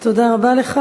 תודה רבה לך.